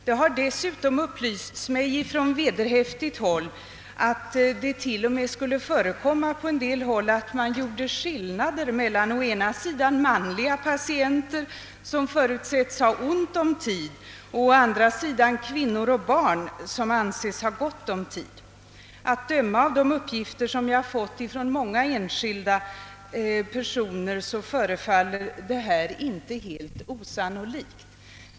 Det har dessutom upplysts mig från vederhäftigt håll att det t.o.m. skulle förekomma att man gör skillnad mellan å ena sidan manliga patienter, som förutsättes ha ont om tid, och å andra sidan kvinnor och barn, som anses ha gott om tid. Att döma av uppgifter som jag har fått av många enskilda personer förefaller detta inte helt osannolikt.